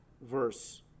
verse